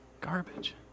Garbage